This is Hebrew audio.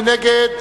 מי נגד?